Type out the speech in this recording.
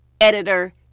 editor